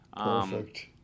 Perfect